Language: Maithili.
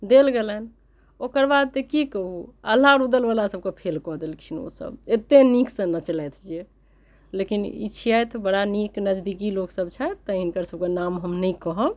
देल गेलनि ओकर बाद तऽ की कहू आल्हा आओर उदल बला सभकेँ फेल कऽ देलखिन ओ सभ एते नीक से नचलथि जे लेकिन ई छथि बड़ा नीक नजदीकी लोक सभ छथि तैँ हिनकर सभकेँ नाम हम नहि कहब